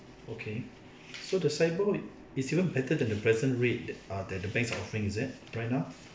okay so the SIBOR is even better than the present rate are there the banks offering is it right now